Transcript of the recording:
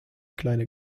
kleine